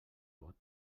vot